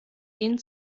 ihnen